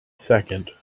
second